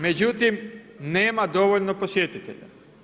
Međutim, nema dovoljno posjetitelja.